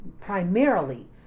primarily